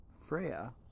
Freya